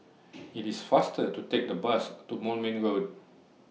IT IS faster to Take The Bus to Moulmein Road